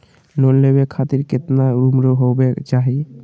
Loan लेवे खातिर केतना उम्र होवे चाही?